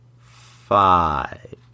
five